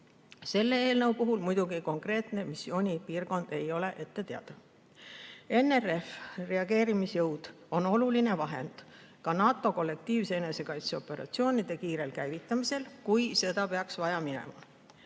Selle eelnõu puhul muidugi konkreetne missioonipiirkond ei ole ette teada. NRF-i reageerimisjõud on oluline vahend ka NATO kollektiivse enesekaitse operatsioonide kiirel käivitamisel, kui seda peaks vaja minema.